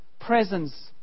presence